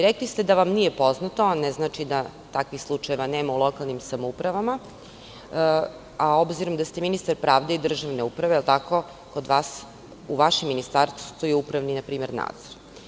Rekli ste da vam nije poznata, a ne znači da takvih slučajeva nema u lokalnim samoupravama, a obzirom da ste ministar pravde i državne uprave, u vašem Ministarstvu postoji upravni nadzor.